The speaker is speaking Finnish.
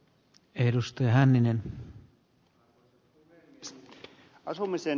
arvoisa puhemies